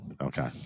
Okay